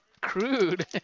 crude